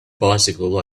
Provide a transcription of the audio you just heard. bicycle